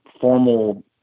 formal